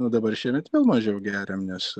nu dabar šiemet vėl mažiau geriam nes